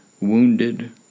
wounded